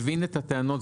אני מבין את הטענות,